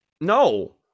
No